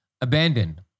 abandoned